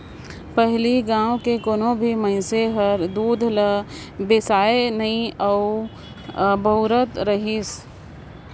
पहिले गाँव के कोनो भी मइनसे हर दूद ल बेसायके नइ बउरत रहीस सबे घर म गाय गोरु ह रेहे राहय लगत